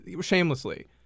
Shamelessly